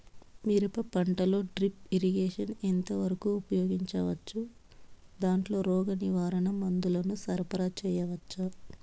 మిరప పంటలో drip irrigation ఎంత వరకు ఉపయోగించవచ్చు, దాంట్లో రోగ నివారణ మందుల ను సరఫరా చేయవచ్చా?